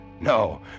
No